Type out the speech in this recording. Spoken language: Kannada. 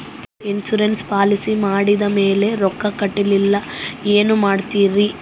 ಇನ್ಸೂರೆನ್ಸ್ ಪಾಲಿಸಿ ಮಾಡಿದ ಮೇಲೆ ರೊಕ್ಕ ಕಟ್ಟಲಿಲ್ಲ ಏನು ಮಾಡುತ್ತೇರಿ?